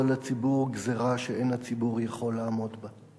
על הציבור גזירה שאין הציבור יכול לעמוד בה".